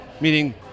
Meaning